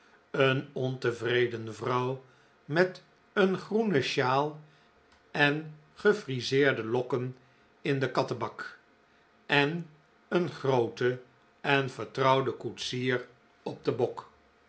een ontevreden vrouw met een groene sjaal en gefriseerde lokken in den p s o kattebak en een grooten en vertrouwden koetsier op den bok